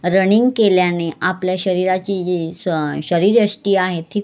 running केल्याने आपल्या शरीराची जी स्व शरीरयष्टी आहे ती